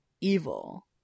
evil